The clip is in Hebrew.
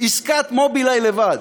עסקת מוביל-איי לבד,